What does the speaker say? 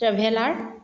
traveller